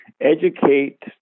educate